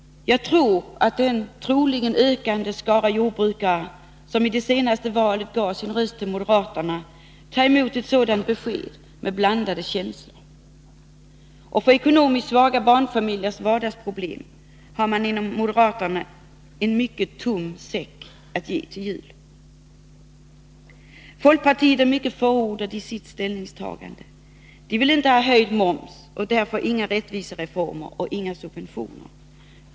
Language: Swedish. Jag tror att den troligen ökande skara jordbrukare som stöder moderaterna och som i det senaste valet gav dem sin röst, tar emot ett sådant besked med blandade känslor. För ekonomiskt svaga barnfamiljers vardagsproblem har moderaterna en mycket tom säck att ge till jul. Folkpartiet är mycket fåordigt i sitt ställningstagande. Det vill inte ha höjd moms och därför inga rättvisereformer och inga subventioner.